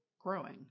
growing